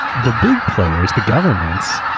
the big players, the governments,